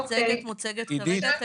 המצגת מוצגת כרגע,